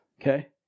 okay